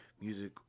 music